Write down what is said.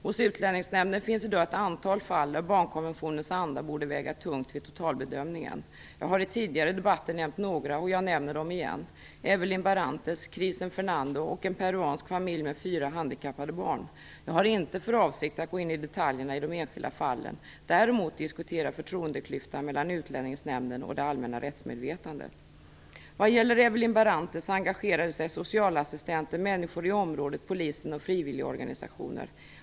Hos Utlänningsnämnden finns i dag ett antal fall där barnkonventionens anda borde väga tungt vid totalbedömningen. Jag har i tidigare debatter nämnt några, och jag nämner dem igen: Evelyn Barrantes, Chrisen Fernando och en peruansk familj med fyra handikappade barn. Jag har inte för avsikt att gå in i detaljerna i de enskilda fallen - däremot diskutera förtroendeklyftan mellan Utlänningsnämnden och det allmänna rättsmedvetandet. Vad gäller Evelyn Barrantes engagerade sig socialassistenter, människor i området, polisen och frivilligorganisationer.